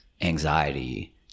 anxiety